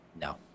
No